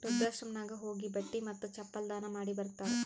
ವೃದ್ಧಾಶ್ರಮನಾಗ್ ಹೋಗಿ ಬಟ್ಟಿ ಮತ್ತ ಚಪ್ಪಲ್ ದಾನ ಮಾಡಿ ಬರ್ತಾರ್